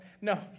no